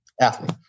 athlete